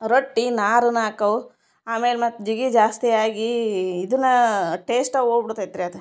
ರೊಟ್ಟಿ ನಾರು ನಾಕವು ಆಮೇಲೆ ಮತ್ತೆ ಜಿಗಿ ಜಾಸ್ತಿ ಆಗಿ ಇದನಾ ಟೇಸ್ಟಾ ಹೋಗ್ಬಿಡ್ತೈತ್ರಿ ಅದು